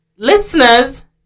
Listeners